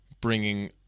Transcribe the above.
bringing